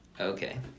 Okay